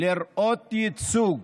לראות ייצוג